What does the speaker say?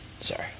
Sorry